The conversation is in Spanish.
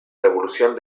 revolución